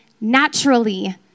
naturally